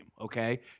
Okay